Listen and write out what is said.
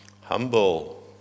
humble